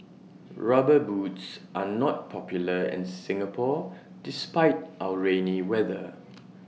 rubber boots are not popular in Singapore despite our rainy weather